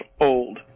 old